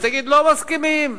ויגידו: לא מסכימים.